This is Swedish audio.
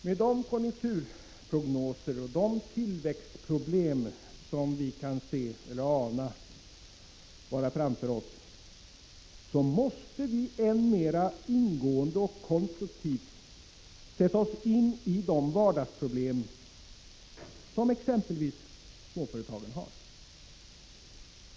Med de konjunkturprognoser och de tillväxtproblem som vi kan se eller ana framför oss måste vi än mer ingående och konstruktivt sätta oss in i de vardagsproblem som exempelvis småföretagen har.